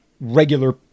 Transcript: regular